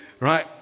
Right